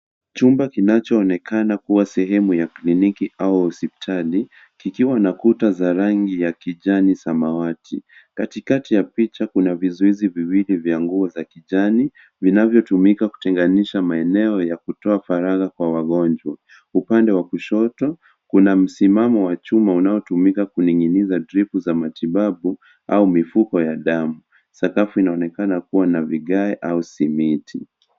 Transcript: Chumba kinachoonekana kuwa sehemu ya kliniki au hospitali, kikiwa na kuta za rangi ya kijani samawati. Katikati ya picha kuna vizuizi viwili vya nguo za kijani, vinavyotumika kutenganisha maeneo ya kutoa faragha kwa wagonjwa. Upande wa kushoto, kuna msimamo wa chuma unaotumika kuning’iniza dripu za matibabu au mifuko ya damu. Sakafuni inaonekana kuwa na vigae au simiti.